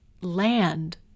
land